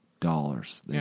dollars